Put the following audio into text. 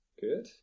good